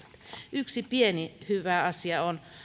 yksi pieni hyvä asia on